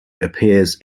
appears